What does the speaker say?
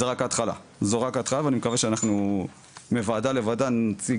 זו רק ההתחלה ואני מקווה שאנחנו מוועדה לוועדה נציג